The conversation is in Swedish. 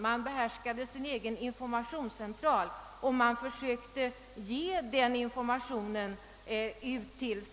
Man behärskade sin egen informationscentral och försökte ge svenska folket information.